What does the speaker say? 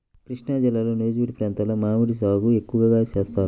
కృష్ణాజిల్లాలో నూజివీడు ప్రాంతంలో మామిడి సాగు ఎక్కువగా చేస్తారు